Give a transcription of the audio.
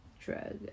drug